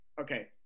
Okay